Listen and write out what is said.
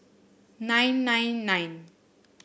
nine nine nine